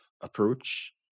approach